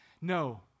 No